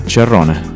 Cerrone